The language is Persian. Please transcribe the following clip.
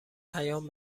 پیام